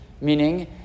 meaning